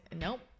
nope